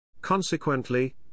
Consequently